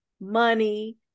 money